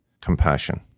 compassion